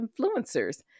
influencers